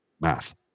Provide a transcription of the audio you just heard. Math